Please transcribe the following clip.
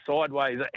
sideways